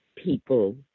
people